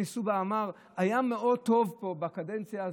סובה אמר: היה מאוד טוב פה בקדנציה הזאת,